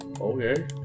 Okay